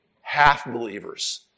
half-believers